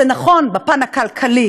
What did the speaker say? זה נכון בפן הכלכלי,